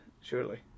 surely